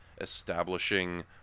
establishing